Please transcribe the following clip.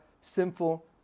sinful